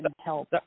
help